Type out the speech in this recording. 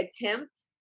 attempt